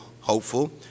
hopeful